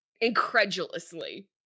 incredulously